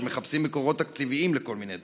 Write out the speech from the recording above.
כשמחפשים מקורות תקציביים לכל מיני דברים.